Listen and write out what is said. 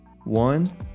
one